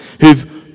who've